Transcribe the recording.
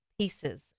pieces